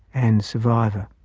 and survivor.